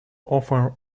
often